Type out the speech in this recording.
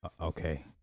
okay